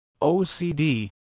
OCD